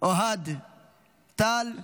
אוהד טל,